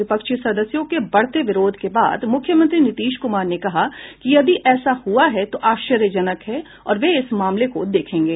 विपक्षी सदस्यों के बढ़ते विरोध के बाद मुख्यमंत्री नीतीश कुमार ने कहा कि यदि ऐसा हुआ है तो आश्चर्यजनक है वह इस मामले को देखेंगे